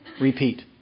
repeat